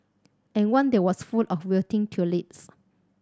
and one there was full of wilting tulips